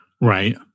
Right